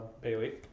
Bailey